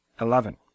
eleven